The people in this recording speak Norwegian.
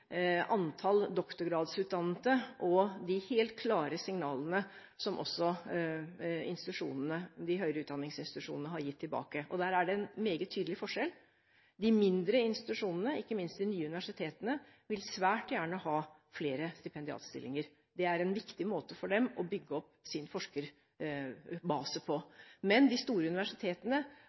antall doktorgradsutdannede og de helt klare signalene som de høyere utdanningsinstitusjonene har gitt tilbake. Der er det en meget tydelig forskjell. De mindre institusjonene, ikke minst de nye universitetene, vil svært gjerne ha flere stipendiatstillinger. Det er en viktig måte for dem å bygge opp sin forskerbase på. Men de store universitetene